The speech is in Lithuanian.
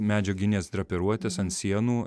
medžiaginės drapiruotės ant sienų